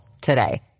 today